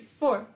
four